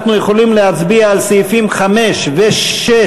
אנחנו יכולים להצביע על סעיפים 5 ו-6,